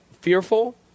fearful